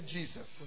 Jesus